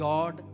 God